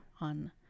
on